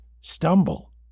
stumble